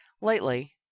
Lately